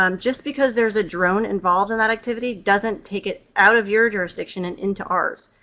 um just because there's a drone involved in that activity doesn't take it out of your jurisdiction and into ours.